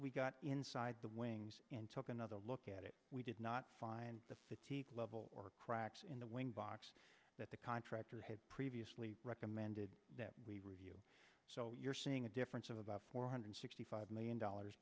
we got inside the wings and took another look at it we did not find the fatigue level or cracks in the wing box that the contractor had previously recommended that we review so you're seeing a difference of about four hundred sixty five million dollars